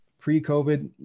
pre-COVID